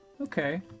Okay